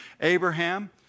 Abraham